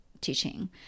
teaching